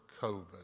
COVID